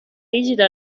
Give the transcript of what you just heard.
rigida